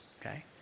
okay